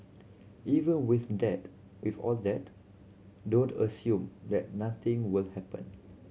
even with that if all that don't assume that nothing will happen